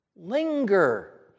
Linger